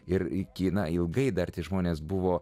ir į kiną ilgai dar žmonės buvo